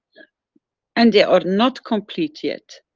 and they are not complete yet.